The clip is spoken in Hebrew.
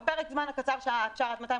בפרק הזמן הקצר שאפשר היה לקיים אירוע עם עד